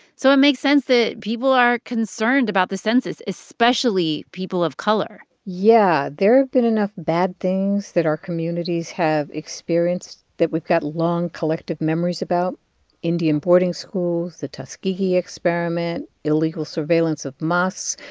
so it makes sense that people are concerned about the census, especially people of color yeah. there have been enough bad things that our communities have experienced that we've got long collective memories about indian boarding schools, the tuskegee experiment, illegal surveillance of mosques,